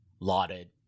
Lauded